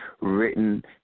written